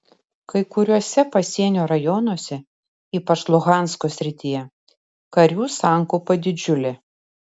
kai kuriuose pasienio rajonuose ypač luhansko srityje karių sankaupa didžiulė